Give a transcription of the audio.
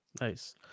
Nice